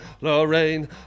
Lorraine